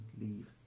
leave